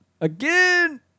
Again